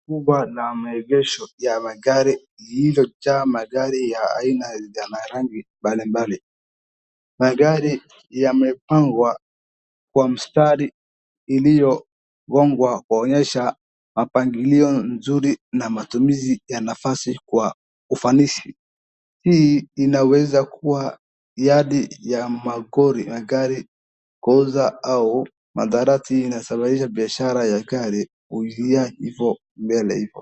Jumba la maegesho ya magari lililojaa magari ya aina ya marangi mbalimbali. Magari yamepangwa kwa mistari iliyogongwa kuonyesha mapangilio nzuri na matumizi ya nafasi kwa ufanisi. Hii inaweza kuwa ihadi ya makori ya gari kuuza au madarati hii inasababisha biashara ya gari kuendelea mbele.